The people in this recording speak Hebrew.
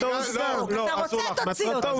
אתה רוצה, תוציא אותי.